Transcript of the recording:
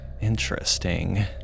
Interesting